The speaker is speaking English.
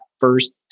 first